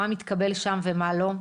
מה מתקבל ומה לא?